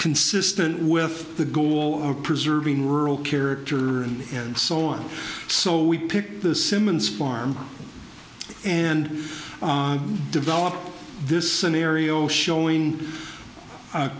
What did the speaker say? consistent with the goal of preserving rural character and so on so we picked the simmons farm and developed this scenario showing